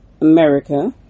America